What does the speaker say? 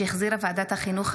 שהחזירה ועדת החינוך,